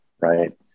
right